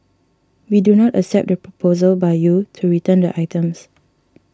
we do not accept the proposal by you to return the items